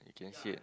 you can see it